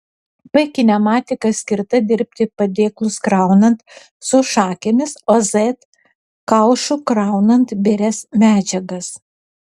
p kinematika skirta dirbti padėklus kraunant su šakėmis o z kaušu kraunant birias medžiagas